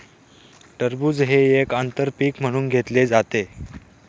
टरबूज हे एक आंतर पीक म्हणून घेतले जाते